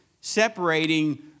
separating